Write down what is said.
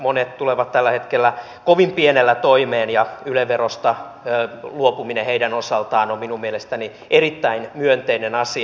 monet tulevat tällä hetkellä kovin pienellä toimeen ja yle verosta luopuminen heidän osaltaan on minun mielestäni erittäin myönteinen asia